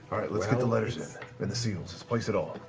let's get the letters in and the seals. let's place it all.